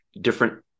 different